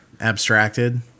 abstracted